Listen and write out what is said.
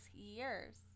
years